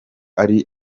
ari